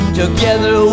together